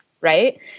right